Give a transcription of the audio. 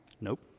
Nope